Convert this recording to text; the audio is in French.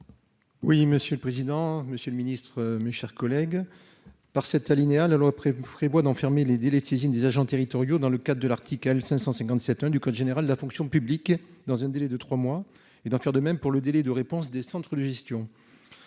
Oui, monsieur le président, monsieur le Ministre, mes chers collègues par cet alinéa la loi prévu d'enfermer les 10 Létizi des agents territoriaux dans le cadre de l'Arctique elle 557 1 du code général de la fonction publique, dans un délai de 3 mois et d'en faire de même pour le délai de réponse des centres de gestion